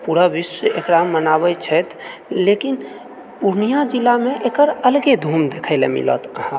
पूरा विश्व एकरा मनाबैत छथि लेकिन पूर्णियाँ जिलामे एकर अलगे धूम देखए लए मिलत अहाँकेँ